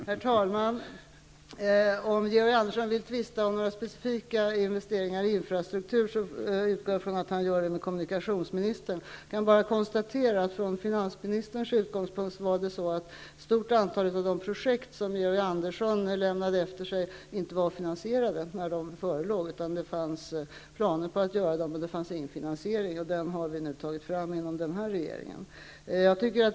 Herr talman! Om Georg Andersson vill tvista om några specifika investeringar i infrastruktur utgår jag från att han gör det med kommunikationsministern. Jag kan bara konstatera från finansministerns utgångspunkt, att ett stort antal av de projekt som Georg Andersson lämnade efter sig inte var finansierade när de förelåg. Det fanns planer på att genomföra dem, men det fanns ingen finansiering. Den har vi nu tagit fram inom denna regering.